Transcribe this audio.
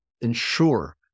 ensure